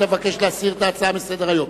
אתה מבקש להסיר את ההצעה מסדר-היום.